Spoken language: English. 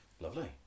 lovely